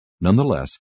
Nonetheless